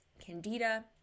candida